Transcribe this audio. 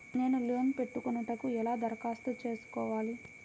నేను లోన్ పెట్టుకొనుటకు ఎలా దరఖాస్తు చేసుకోవాలి?